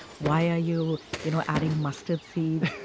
why are you you know adding mustard seeds?